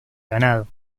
ganado